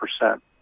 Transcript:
percent